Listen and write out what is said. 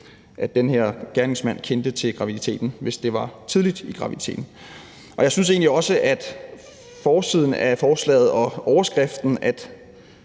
at den her gerningsmand kendte til graviditeten, hvis det var tidligt i graviditeten. Jeg synes egentlig også, at forsiden af forslaget og overskriften